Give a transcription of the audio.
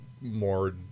more